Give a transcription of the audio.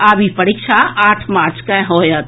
आब ई परीक्षा आठ मार्च के होएत